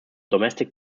domestic